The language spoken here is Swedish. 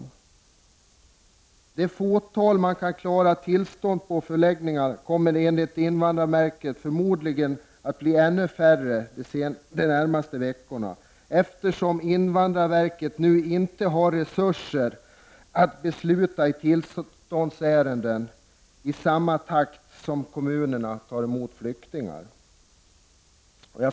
Det fåtal med klara tillstånd på förläggningarna kommer enligt SIV förmodligen att bli ännu färre de närmaste veckorna, eftersom SIV nu inte har resurser att besluta i tillståndsärendena i samma takt som kommunerna tar emot flyktingar.